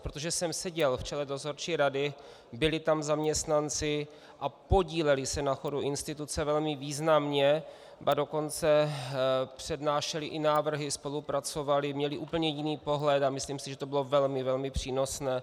Protože jsem seděl v čele dozorčí rady, byli tam zaměstnanci a podíleli se na chodu instituce velmi významně, ba dokonce přednášeli i návrhy, spolupracovali, měli úplně jiný pohled a myslím si, že to bylo velmi, velmi přínosné.